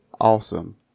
awesome